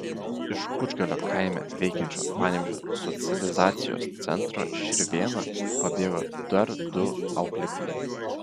iš kučgalio kaime veikiančio panevėžio socializacijos centro širvėna pabėgo dar du auklėtiniai